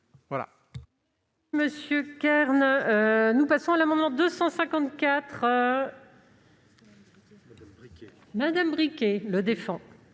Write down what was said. Voilà